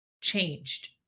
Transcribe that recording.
changed